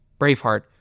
Braveheart